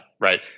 right